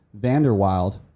Vanderwild